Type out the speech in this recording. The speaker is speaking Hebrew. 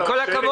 עם כל הכבוד,